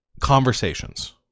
conversations